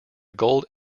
gold